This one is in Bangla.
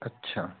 আচ্ছা